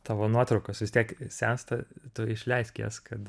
tavo nuotraukos vis tiek sensta tu išleisk jas kad